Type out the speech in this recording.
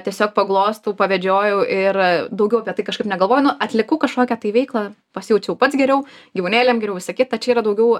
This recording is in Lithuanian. tiesiog paglostau pavedžiojau ir daugiau apie tai kažkaip negalvoju nu atlikau kažkokią tai veiklą pasijaučiau pats geriau gyvūnėliam geriau visa kita čia yra daugiau